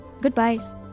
goodbye